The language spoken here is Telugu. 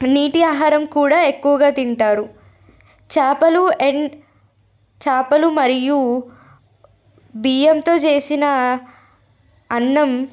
నీటి ఆహారం కూడా ఎక్కువగా తింటారు చేపలు ఎం చాపలు మరియు బియ్యంతో చేసిన అన్నం